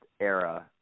era